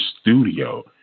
studio